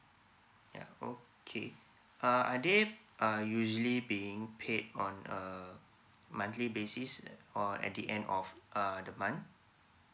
yeah okay uh are they usually being paid on a monthly basis or at the end of uh the month